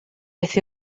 beth